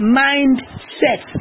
mindset